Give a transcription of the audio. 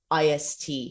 IST